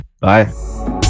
Bye